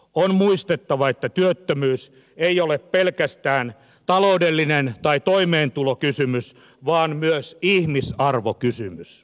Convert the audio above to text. on muistettava että työttömyys ei ole pelkästään taloudellinen tai toimeentulokysymys vaan myös ihmisarvokysymys